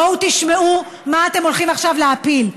בואו תשמעו מה אתם הולכים עכשיו להפיל,